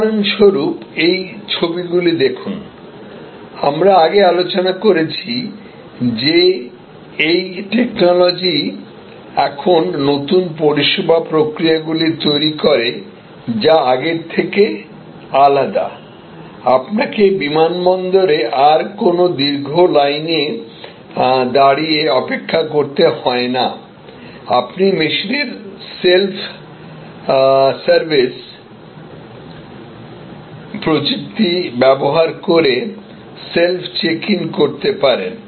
উদাহরণস্বরূপ এই ছবিগুলো দেখুন আমরা আগে আলোচনা করেছি যে এই টেকনোলজিগুলি এখন নতুন পরিষেবা প্রক্রিয়াগুলি তৈরি করে যা আগের থেকে আলাদা আপনাকে বিমানবন্দরে আর কোনও দীর্ঘ লাইনে দাঁড়িয়ে অপেক্ষা করতে হয় না আপনি মেশিনের সেল্ফ সার্ভিস প্রযুক্তি ব্যবহার করে সেল্ফ চেক ইন করতে পারেন